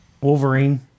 Wolverine